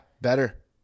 better